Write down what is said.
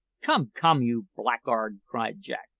come, come, you blackguard! cried jack,